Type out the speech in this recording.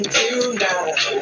tonight